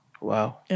wow